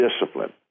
Discipline